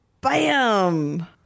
bam